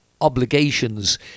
obligations